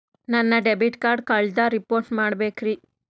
ನನ್ನ debit card ಕಳ್ದದ report ಮಾಡಬೇಕ್ರಿ